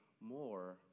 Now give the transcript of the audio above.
more